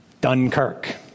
Dunkirk